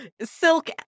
Silk